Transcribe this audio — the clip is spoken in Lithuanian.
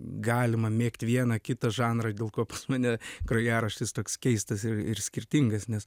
galima mėgti vieną kitą žanrą dėl ko pas mane grojaraštis toks keistas ir ir skirtingas nes